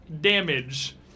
damage